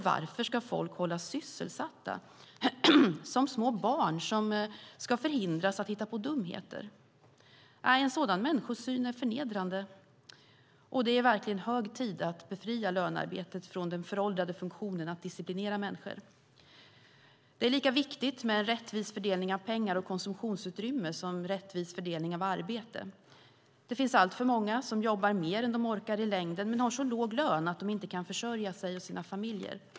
Varför ska folk hållas sysselsatta som små barn som ska förhindras att hitta på dumheter? En sådan människosyn är förnedrande. Det är verkligen hög tid att befria lönearbetet från den föråldrade funktionen att disciplinera människor. Det är lika viktigt med en rättvis fördelning av pengar och konsumtionsutrymme som rättvis fördelning av arbete. Det finns alltför många som jobbar mer än de orkar i längden men har så låg lön att de inte kan försörja sig och sina familjer.